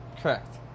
Correct